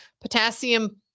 Potassium